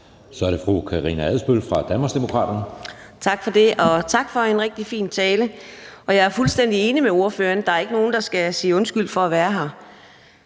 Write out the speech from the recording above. Så er det fru Karina Adsbøl fra Danmarksdemokraterne. Kl. 13:17 Karina Adsbøl (DD): Tak for det, og tak for en rigtig fin tale. Jeg er fuldstændig enig med ordføreren: Der er ikke nogen, der skal sige undskyld for at være her.